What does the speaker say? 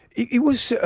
it was